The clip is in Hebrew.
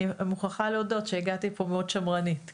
מוכרחה להודות שהגעתי לפה שמרנית מאוד.